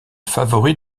favori